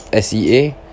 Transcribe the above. sea